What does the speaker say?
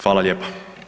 Hvala lijepa.